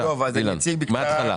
בבקשה אילן, מההתחלה.